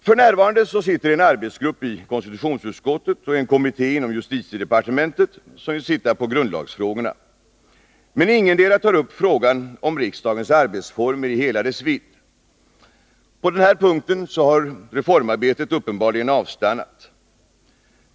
F.n. sitter en arbetsgrupp i konstitutionsutskottet och en kommitté inom justitiedepartementet som just tittar på grundlagsfrågorna. Men ingendera tar upp frågan om riksdagens arbetsformer i hela dess vidd. På den punkten har reformarbetet uppenbarligen avstannat.